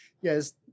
Yes